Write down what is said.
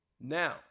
Now